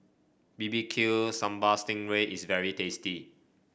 bbq Sambal Sting Ray is very tasty